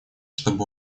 чтоб